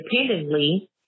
independently